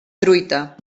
truita